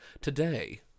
Today